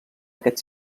aquest